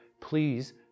Please